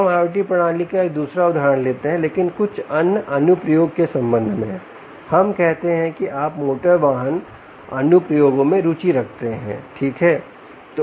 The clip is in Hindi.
हम IOT प्रणाली का एक दूसरा उदाहरण लेते हैं लेकिन कुछ अन्य अनुप्रयोग के संबंध में हम कहते हैं कि आपमोटर वाहन अनुप्रयोगों में रुचि रखते हैं ठीक है